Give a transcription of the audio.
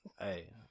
hey